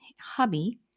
hubby